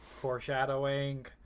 Foreshadowing